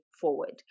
forward